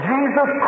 Jesus